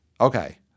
Okay